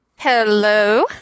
hello